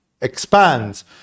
expands